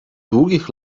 długich